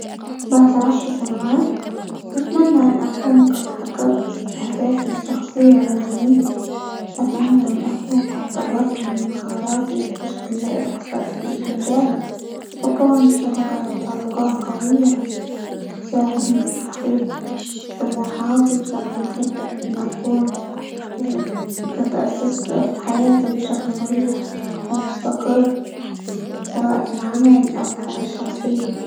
بعد عشر سنوات نتمنى أن أكون قد حققت أهدافي الشخصية، والمهنية، أتمنى أن أكون قد طورت من مهاراتي بشكل أكبر فى -ج- مجالي، وكونت شبكة علاقات قوية، تساعدني في تحقيق طموحاتي، كمان أحب أن أكون قد أسست حياتي بشكل مريح، ومستقر، سواء في العمل، أو الحياة الشخصية.